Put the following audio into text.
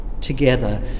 together